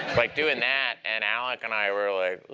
like doing that, and alec and i were like,